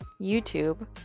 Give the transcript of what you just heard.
YouTube